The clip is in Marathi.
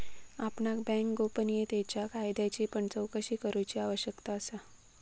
आपणाक बँक गोपनीयतेच्या कायद्याची पण चोकशी करूची आवश्यकता असा